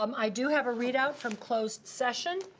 um i do have a read-out from closed session.